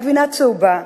הגבינה הצהובה,